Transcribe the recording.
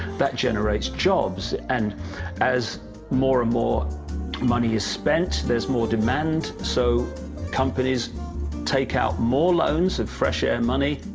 that generates jobs and as more and more money is spent, there is more demand, so companies take out more loans, of fresh air money,